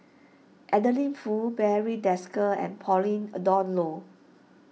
Adeline Foo Barry Desker and Pauline a Dawn Loh